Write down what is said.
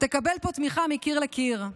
תקבל פה תמיכה מקיר לקיר.